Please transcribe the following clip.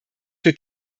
für